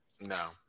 No